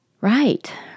Right